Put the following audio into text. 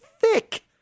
thick